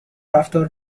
رفتار